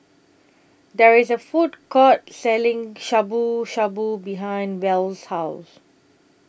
There IS A Food Court Selling Shabu Shabu behind Wells' House